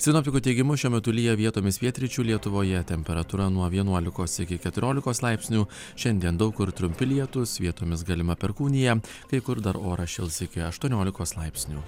sinoptikų teigimu šiuo metu lyja vietomis pietryčių lietuvoje temperatūra nuo vienuolikos iki keturiolikos laipsnių šiandien daug kur trumpi lietūs vietomis galima perkūnija kai kur dar oras šils iki aštuoniolikos laipsnių